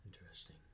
Interesting